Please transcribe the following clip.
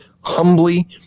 humbly